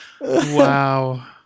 Wow